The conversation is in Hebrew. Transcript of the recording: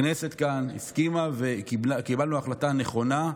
הכנסת כאן הסכימה וקיבלנו החלטה נכונה: